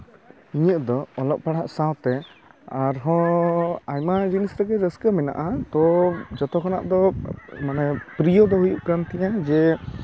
ᱤᱧᱟᱹᱜ ᱫᱚ ᱚᱞᱚᱜ ᱯᱟᱲᱦᱟᱣ ᱥᱟᱶᱛᱮ ᱟᱨᱦᱚᱸ ᱟᱭᱢᱟ ᱡᱤᱱᱤᱥ ᱨᱮᱜᱮ ᱨᱟᱹᱥᱠᱟᱹ ᱢᱮᱱᱟᱜᱼᱟ ᱛᱳ ᱡᱚᱛᱚ ᱠᱷᱚᱱᱟᱜ ᱫᱚ ᱢᱟᱱᱮ ᱯᱤᱨᱭᱚ ᱫᱚ ᱦᱩᱭᱩᱜ ᱠᱟᱱ ᱛᱤᱧᱟ ᱡᱮ